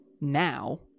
now